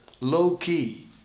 low-key